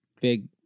big